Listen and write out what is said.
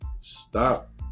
stop